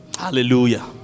Hallelujah